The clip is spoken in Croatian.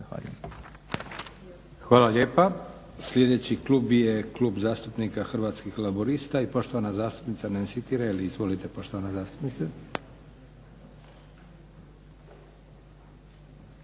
Hvala lijepa. Sljedeći klub je Klub zastupnika Hrvatskih laburista i poštovana zastupnica Nansi Tireli. Izvolite poštovana zastupnice.